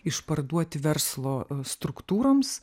išparduoti verslo struktūroms